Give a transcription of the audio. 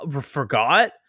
forgot